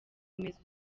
umeze